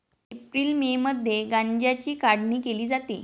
April May मध्ये गांजाची काढणी केली जाते